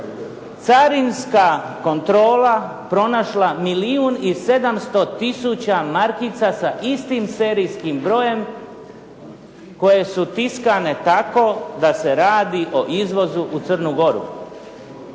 carinska kontrola pronašla milijun i 700 tisuća markica sa istim serijskim brojem koje su tiskane tako da se radi o izvozu u Crnu Goru.